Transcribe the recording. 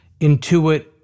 intuit